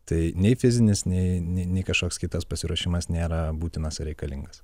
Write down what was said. tai nei fizinis nei nei nei kažkoks kitas pasiruošimas nėra būtinas ar reikalingas